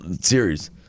series